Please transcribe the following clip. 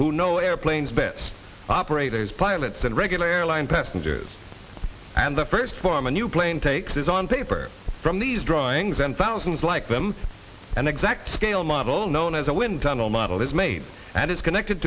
who know airplanes best operators pilots and regular airline passengers and the first form a new plane takes is on paper from these drawings and thousands like them an exact scale model known as a wind tunnel model is made and is connected